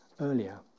earlier